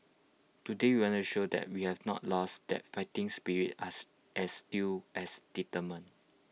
today we wanna show that we have not lost that fighting spirit us as still as determined